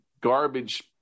garbage